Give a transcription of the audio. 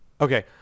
Okay